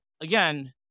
again